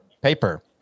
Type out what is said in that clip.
paper